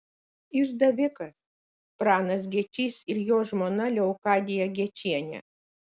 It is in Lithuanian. išdavikas pranas gečys ir jo žmona leokadija gečienė